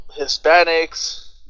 Hispanics